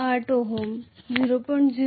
8 ohm 0